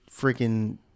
freaking